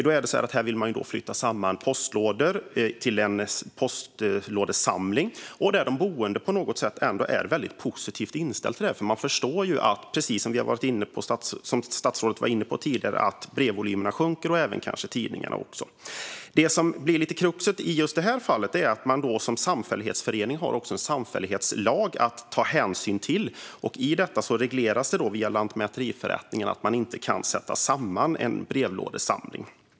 Där vill man flytta samman postlådor till en postlådesamling, vilket de boende är positivt inställda till, för de förstår att brevvolymerna och kanske också tidningsvolymerna sjunker. Men det som blir kruxet i det här fallet är att man som samfällighetsförening också har en samfällighetslag att ta hänsyn till. Där regleras det via lantmäteriförrättningar att man inte kan sätta samman en postlådesamling.